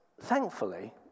thankfully